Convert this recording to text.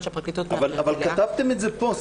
שהפרקליטות מערערת עליה --- אבל כתבתם את זה פה.